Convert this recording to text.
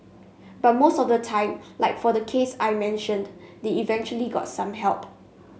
but most of the time like for the case I mentioned they eventually got some help